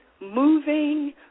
moving